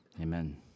Amen